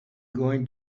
going